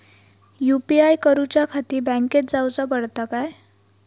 UPI करूच्याखाती बँकेत जाऊचा पडता काय?